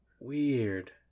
Weird